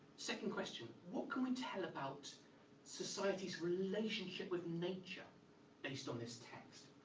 second question what can we tell about society's relationship with nature based on this text?